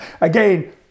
Again